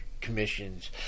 commissions